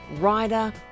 rider